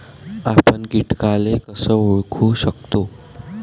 आपन कीटकाले कस ओळखू शकतो?